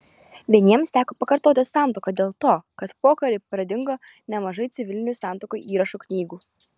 vieniems teko pakartoti santuoką dėl to kad pokarį pradingo nemažai civilinių santuokų įrašų knygų